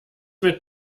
mit